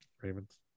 Ravens